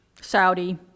Saudi